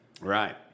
Right